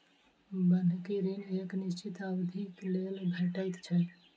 बन्हकी ऋण एक निश्चित अवधिक लेल भेटैत छै